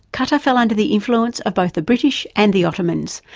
qatar fell under the influenced of both the british and the ottomans,